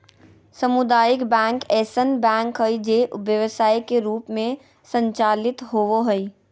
सामुदायिक बैंक ऐसन बैंक हइ जे व्यवसाय के रूप में संचालित होबो हइ